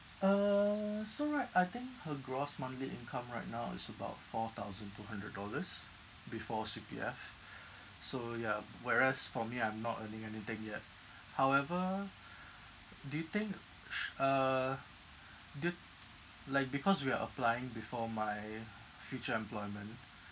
uh so right I think her gross monthly income right now is about four thousand two hundred dollars before C_P_F so yeah whereas for me I'm not earning anything yet however do you think sh~ uh do you like because we are applying before my future employment